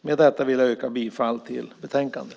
Med detta yrkar jag bifall till utskottets förslag i betänkandet.